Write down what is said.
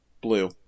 blue